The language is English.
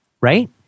right